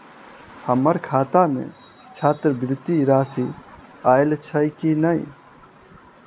हम्मर खाता मे छात्रवृति राशि आइल छैय की नै?